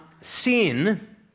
Sin